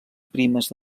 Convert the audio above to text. primes